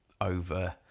over